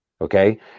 okay